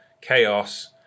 Chaos